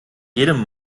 jedem